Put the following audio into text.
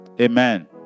Amen